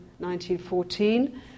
1914